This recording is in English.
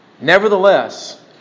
nevertheless